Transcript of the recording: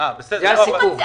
זה הסיכום.